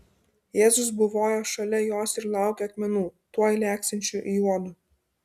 jėzus buvojo šalia jos ir laukė akmenų tuoj lėksiančių į juodu